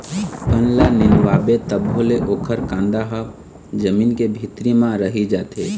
बन ल निंदवाबे तभो ले ओखर कांदा ह जमीन के भीतरी म रहि जाथे